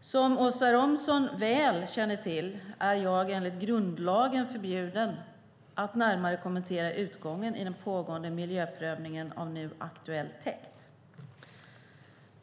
Som Åsa Romson väl känner till är jag enligt grundlagen förbjuden att närmare kommentera utgången i den pågående miljöprövningen av nu aktuell täkt.